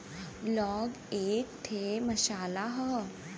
लौंग एक ठे मसाला होला